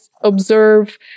observe